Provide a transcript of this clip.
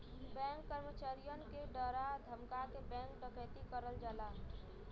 bank कर्मचारियन के डरा धमका के बैंक डकैती करल जाला